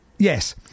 yes